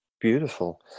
beautiful